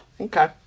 Okay